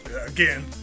Again